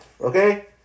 okay